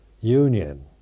union